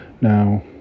now